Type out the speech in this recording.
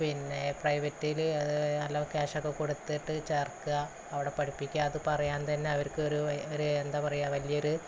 പിന്നെ പ്രൈവറ്റിൽ അത് നല്ലോണം ക്യാഷൊക്കെ കൊടുത്തിട്ട് ചേർക്കുക അവിടെ പഠിപ്പിക്കുക അത് പറയാൻ തന്നെ അവർക്ക് ഒരു ഒരു എന്താണ് പറയുക വലിയ ഒരു